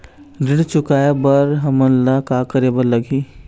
ऋण चुकाए बर हमन ला का करे बर लगही?